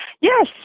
Yes